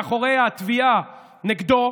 מאחורי התביעה נגדו,